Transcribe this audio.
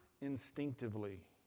instinctively